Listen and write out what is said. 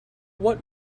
what